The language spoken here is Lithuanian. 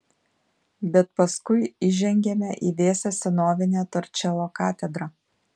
bet paskui įžengiame į vėsią senovinę torčelo katedrą